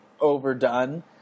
overdone